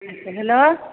hello